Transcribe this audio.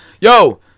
Yo